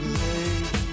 late